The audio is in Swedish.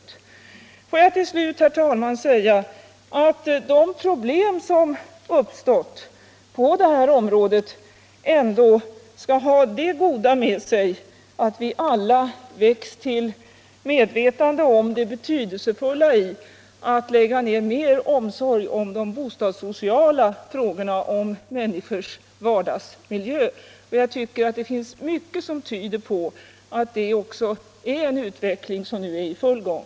Till slut, herr talman, vill jag hoppas att de problem som uppstått på detta område ändå har det goda med sig att vi alla väckts till medvetande om det betydelsefulla i att lägga ner mer omsorg på de bostadssociala frågorna, och människors vardagsmiljöer. Mycket tyder på att det också är en utveckling som nu är i full gång.